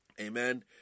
Amen